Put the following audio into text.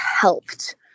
helped